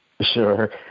Sure